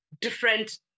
different